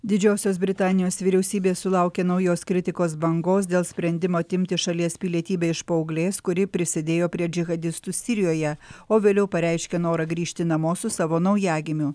didžiosios britanijos vyriausybė sulaukė naujos kritikos bangos dėl sprendimo atimti šalies pilietybę iš paauglės kuri prisidėjo prie džihadistų sirijoje o vėliau pareiškė norą grįžti namo su savo naujagimiu